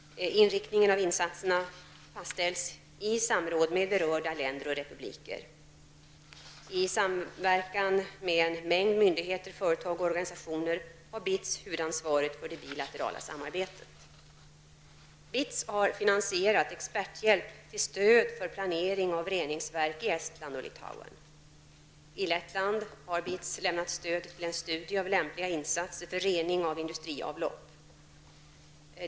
Inriktningen av insatserna fastställs i samråd med berörda länder och republiker. I samverkan med en mängd myndigheter, företag och organisationer har BITS har finansierat experthjälp till stöd för planering av reningsverk i Estland och Litauen. I Lettland har BITS lämnat stöd till en studie av lämpliga insatser för rening av industriavlopp.